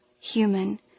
human